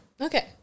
Okay